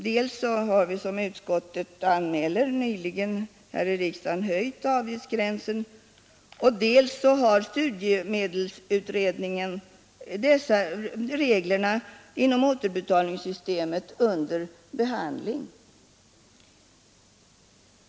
Dels har vi, som utskottet anmäler, nyligen här i riksdagen höjt avgiftsgränsen, dels har studiemedelsutredningen reglerna inom återbetalningssystemet under behandling.